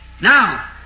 Now